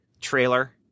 trailer